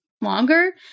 longer